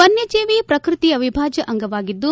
ವನ್ಯಜೀವಿ ಪ್ರಕೃತಿಯ ಅವಿಭಾಜ್ಯ ಅಂಗವಾಗಿದ್ದು